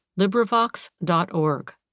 LibriVox.org